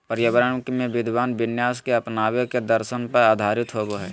पर्यावरण में विद्यमान विन्यास के अपनावे के दर्शन पर आधारित होबा हइ